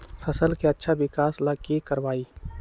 फसल के अच्छा विकास ला की करवाई?